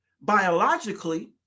biologically